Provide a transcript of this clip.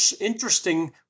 interesting